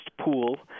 pool